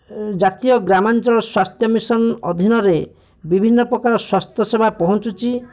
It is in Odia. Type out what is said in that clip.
ଜାତୀୟ ଗ୍ରାମାଞ୍ଚଳ ସ୍ୱାସ୍ଥ୍ୟ ମିସନ୍ ଅଧିନରେ ବିଭିନ୍ନପ୍ରକାର ସ୍ୱାସ୍ଥ୍ୟସେବା ପହଞ୍ଚୁଛି